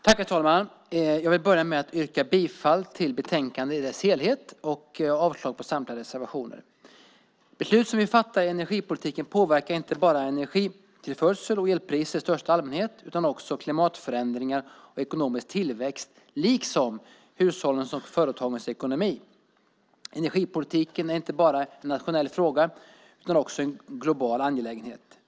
Herr talman! Jag vill börja med att yrka bifall till förslaget i betänkandet i dess helhet och avslag på samtliga reservationer. Beslut som vi fattar i energipolitiken påverkar inte bara energitillförsel och elpriser i största allmänhet utan också klimatförändringar och ekonomisk tillväxt liksom hushållens och företagens ekonomi. Energipolitiken är inte bara en nationell fråga utan också en global angelägenhet.